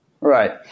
Right